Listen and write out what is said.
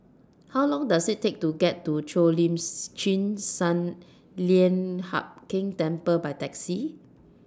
How Long Does IT Take to get to Cheo Lim Chin Sun Lian Hup Keng Temple By Taxi